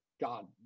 God